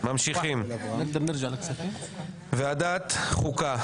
ממשיכים ועדת החוקה.